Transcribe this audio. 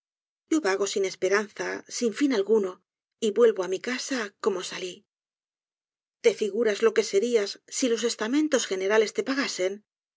yo vago sin esperanzas sin fin alguno y vuelvo á mi casa como salí te figuras lo que serias si los estamentos generales te pagasen